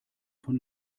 von